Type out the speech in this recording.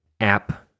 app